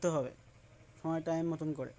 করতে হবে সময় টাইম মতন করে